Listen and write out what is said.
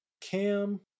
Cam